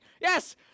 yes